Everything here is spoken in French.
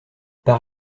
par